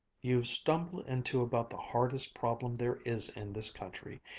you've stumbled into about the hardest problem there is in this country,